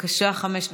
בבקשה, חמש דקות.